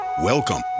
Welcome